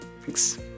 Thanks